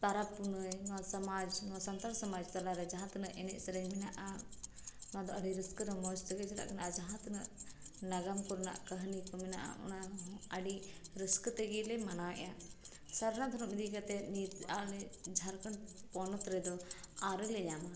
ᱯᱚᱨᱟᱵᱽᱼᱯᱩᱱᱟᱹᱭ ᱱᱚᱣᱟ ᱥᱟᱢᱟᱡᱽ ᱱᱚᱣᱟ ᱥᱟᱱᱛᱟᱲ ᱥᱚᱢᱟᱡᱽ ᱛᱟᱞᱟ ᱨᱮ ᱡᱟᱦᱟᱸ ᱛᱤᱱᱟᱹᱜ ᱮᱱᱮᱡᱼᱥᱮᱨᱮᱧ ᱢᱮᱱᱟᱜᱼᱟ ᱚᱱᱟ ᱫᱚ ᱟᱹᱰᱤ ᱨᱟᱹᱥᱠᱟᱹ ᱨᱚᱢᱚᱡᱽ ᱛᱮᱜᱮ ᱪᱟᱞᱟᱜ ᱠᱟᱱᱟ ᱟᱨ ᱡᱟᱦᱟᱸ ᱛᱤᱱᱟᱹᱜ ᱱᱟᱜᱟᱢ ᱠᱚᱨᱮᱱᱟᱜ ᱠᱟᱹᱦᱱᱤ ᱠᱚ ᱢᱮᱱᱟᱜᱼᱟ ᱚᱱᱟ ᱦᱚᱸ ᱟᱹᱰᱤ ᱨᱟᱹᱥᱠᱟᱹ ᱛᱮᱜᱮ ᱞᱮ ᱢᱟᱱᱟᱣᱮᱫᱼᱟ ᱥᱟᱨᱱᱟ ᱫᱷᱚᱨᱚᱢ ᱤᱫᱤ ᱠᱟᱛᱮ ᱱᱤᱛ ᱟᱞᱮ ᱡᱷᱟᱲᱠᱷᱚᱸᱰ ᱯᱚᱱᱚᱛ ᱨᱮᱫᱚ ᱟᱹᱣᱨᱤ ᱞᱮ ᱧᱟᱢᱟ